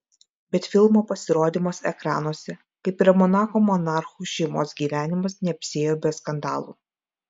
bet filmo pasirodymas ekranuose kaip ir monako monarchų šeimos gyvenimas neapsiėjo be skandalų